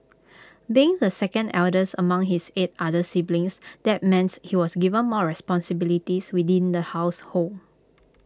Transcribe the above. being the second eldest among his eight other siblings that means he was given more responsibilities within the household